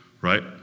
Right